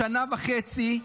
בשנה וחצי,